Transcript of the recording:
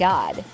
God